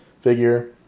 figure